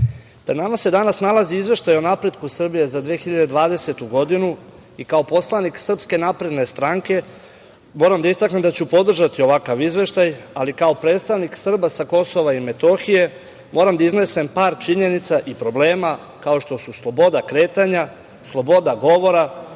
nama se danas nalazi izvešaj o napretku Srbije za 2020. godinu i kao poslanik SNS moram da istaknem da ću podržati ovakav izveštaj, ali kao predstavnik Srba sa KiM moram da iznesem par činjenica i problema, kao što su sloboda kretanja, sloboda govora